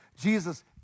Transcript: Jesus